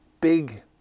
big